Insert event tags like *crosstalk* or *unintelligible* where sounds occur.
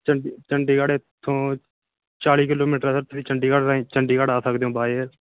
ਚੰਡੀ ਚੰਡੀਗੜ੍ਹ ਤੋਂ ਚਾਲ੍ਹੀ ਕਿਲੋਮੀਟਰ *unintelligible* ਚੰਡੀਗੜ੍ਹ ਚੰਡੀਗੜ੍ਹ ਆ ਸਕਦੇ ਹੋ ਬਾਏ ਏਅਰ